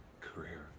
career